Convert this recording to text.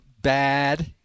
bad